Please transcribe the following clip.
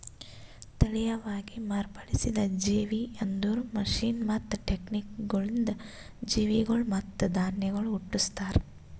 ತಳಿಯವಾಗಿ ಮಾರ್ಪಡಿಸಿದ ಜೇವಿ ಅಂದುರ್ ಮಷೀನ್ ಮತ್ತ ಟೆಕ್ನಿಕಗೊಳಿಂದ್ ಜೀವಿಗೊಳ್ ಮತ್ತ ಧಾನ್ಯಗೊಳ್ ಹುಟ್ಟುಸ್ತಾರ್